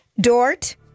Dort